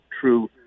true